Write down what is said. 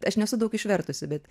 aš nesu daug išvertusi bet